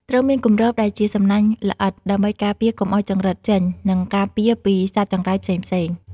ត្រូវមានគម្របដែលជាសំណាញ់ល្អិត ដើម្បីការពារកុំឲ្យចង្រិតចេញ និងការពារពីសត្វចង្រៃផ្សេងៗ។